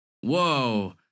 whoa